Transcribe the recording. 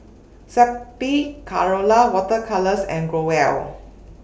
Zappy Colora Water Colours and Growell